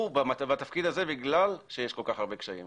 בתפקיד הזה בגלל שיש כל כך הרבה קשיים,